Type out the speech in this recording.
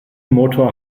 motor